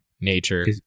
nature